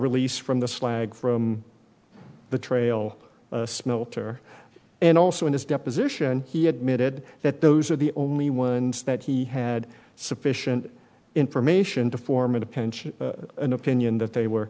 released from the slag from the trail smelter and also in his deposition he admitted that those are the only ones that he had sufficient information to form a pension an opinion that they were